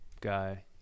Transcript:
guy